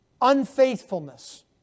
unfaithfulness